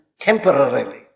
temporarily